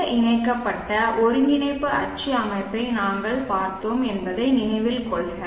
இந்த இணைக்கப்பட்ட ஒருங்கிணைப்பு அச்சு அமைப்பை நாங்கள் பார்த்தோம் என்பதை நினைவில் கொள்க